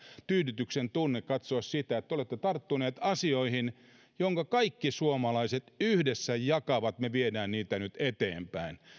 tyydytyksen tunne katsoa sitä että te olette tarttuneet asioihin jotka kaikki suomalaiset yhdessä jakavat me viemme niitä nyt eteenpäin